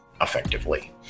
effectively